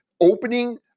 opening